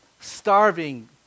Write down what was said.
starving